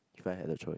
if I had the choice